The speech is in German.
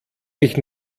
mich